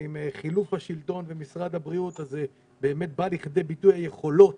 ועם חילוף השלטון במשרד הבריאות באמת באו לכדי ביטוי היכולות